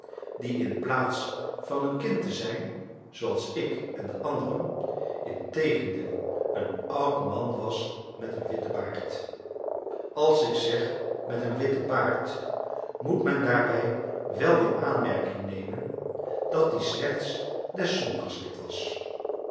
die inplaats van een kind te zijn zooals ik en de anderen integendeel een oud man was met een witten baard als ik zeg met een witten baard moet men daarbij wel in aanmerking nemen dat die slechts des zondags wit was